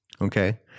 Okay